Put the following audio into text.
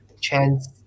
chance